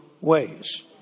ways